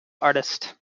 artist